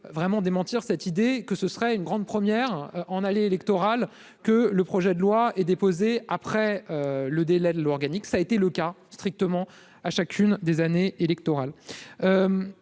vraiment démentir cette idée que ce serait une grande première en allait électorale que le projet de loi est déposée après le délai de l'organique, ça a été le cas strictement à chacune des années électorales,